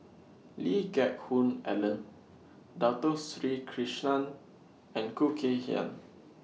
Lee Geck Hoon Ellen Dato Sri Krishna and Khoo Kay Hian